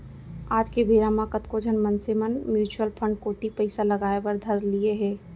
आज के बेरा म कतको झन मनसे मन म्युचुअल फंड कोती पइसा लगाय बर धर लिये हें